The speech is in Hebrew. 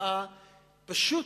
ברפורמה,